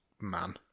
man